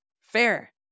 fair